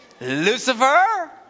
Lucifer